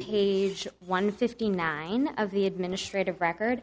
page one fifty nine of the administrative record